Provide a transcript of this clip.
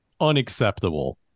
unacceptable